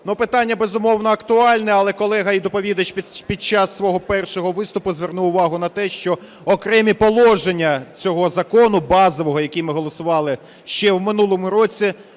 Питання, безумовно, актуальне, але колега і доповідач під час свого першого виступу звернув увагу на те, що окремі положення цього закону базового, який ми голосували ще в минулому році,